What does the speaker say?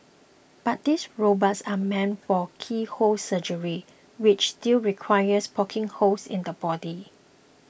but these robots are meant for keyhole surgery which still requires poking holes in the body